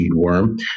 Seedworm